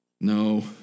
No